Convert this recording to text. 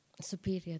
superior